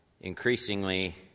increasingly